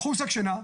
קחו שק שינה,